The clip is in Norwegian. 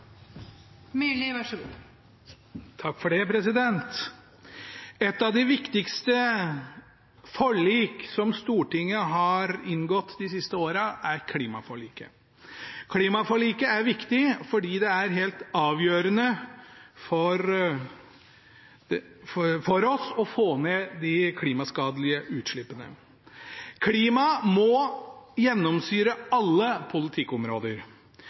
Myrli, som nå fungerer som ordfører for saken. Et av de viktigste forlik som Stortinget har inngått de siste årene, er klimaforliket. Klimaforliket er viktig fordi det er helt avgjørende for oss å få ned de klimaskadelige utslippene. Klima må gjennomsyre alle politikkområder.